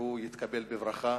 והוא יתקבל בברכה.